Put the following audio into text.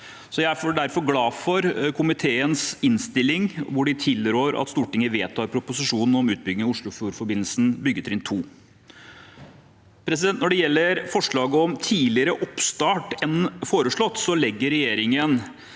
Jeg er derfor glad for komiteens innstilling, hvor den tilrår at Stortinget vedtar proposisjonen om utbygging av Oslofjordforbindelsen byggetrinn 2. Når det gjelder forslaget om tidligere oppstart enn foreslått, legger regjeringen